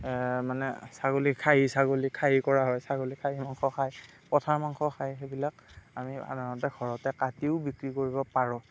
মানে ছাগলী খাহী ছাগলী খাহী কৰা হয় খাহীৰ মাংস খায় পঠাৰ মাংস খায় সেইবিলাক আমি সাধাৰণতে ঘৰতে কাটিও বিক্ৰী কৰিব পাৰোঁ